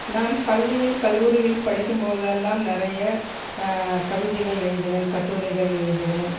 நான் பள்ளியில் கல்லூரியில் படிக்கும்போதெல்லாம் நிறைய கவிதைகள் எழுதுவேன் கட்டுரைகள் எழுதுவேன்